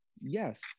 Yes